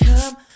come